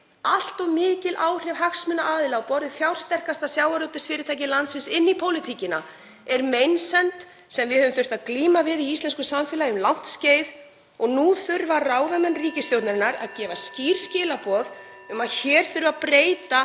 Allt of mikil áhrif hagsmunaaðila á borð við fjársterkasta sjávarútvegsfyrirtæki landsins inn í pólitíkina er meinsemd sem við höfum þurft að glíma við í íslensku samfélagi um langt skeið og (Forseti hringir.) nú þurfa ráðamenn ríkisstjórnarinnar að gefa skýr skilaboð um að hér þurfi að breyta